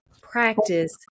practice